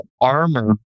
armor